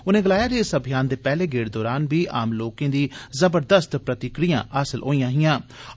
उनें गलाया जे इस अभियान दे पैहले गेड़ दौरान बी आम लोकें दी जबरदस्त प्रतिक्रियां हासल होईयां हिआं